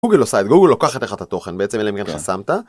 גוגל עושה את... גוגל לוקחת לך את התוכן בעצם אלא אם כן חסמת.